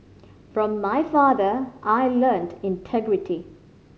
from my father I learnt integrity